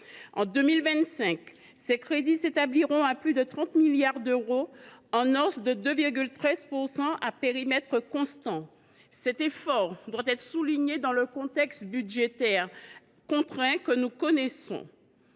En 2025, ses crédits s’établiront à plus de 30 milliards d’euros, en hausse de 2,13 % à périmètre constant – cet effort doit être souligné dans le contexte budgétaire contraint que nous connaissons.